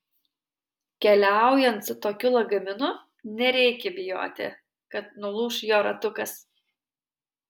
keliaujant su tokiu lagaminu nereikia bijoti kad nulūš jo ratukas